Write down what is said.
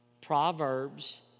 Proverbs